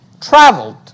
traveled